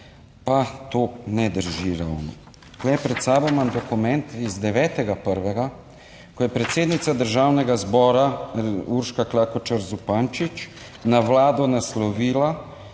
pa to ne drži ravno. Tu pred sabo imam dokument iz 9. 1., ko je predsednica Državnega zbora Urška Klakočar Zupančič na Vlado naslovila,